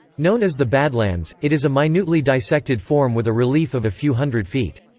known as the badlands, it is a minutely dissected form with a relief of a few hundred feet.